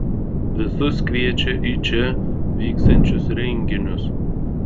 visus kviečia į čia vyksiančius renginius